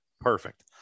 perfect